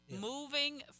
moving